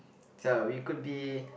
we could be